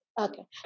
Okay